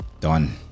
done